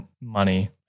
money